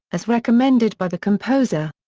as recommended by the composer.